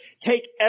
take